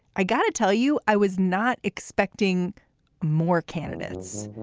i got to tell you, i was not expecting more candidates.